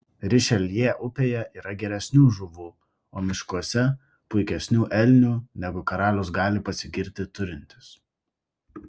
rišeljė upėje yra geresnių žuvų o miškuose puikesnių elnių negu karalius gali pasigirti turintis